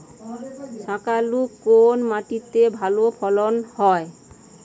শাকালু কোন মাটিতে ভালো ফলন হয়?